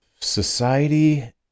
society